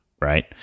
right